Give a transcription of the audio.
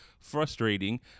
Frustrating